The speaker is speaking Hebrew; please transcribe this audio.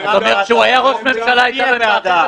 כשהוא היה ראש ממשלה היתה לו דעה אחרת